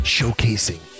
Showcasing